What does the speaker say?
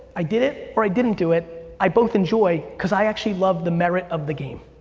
i did it or i didn't do it, i both enjoy cause i actually love the merit of the game.